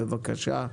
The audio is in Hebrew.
בבקשה.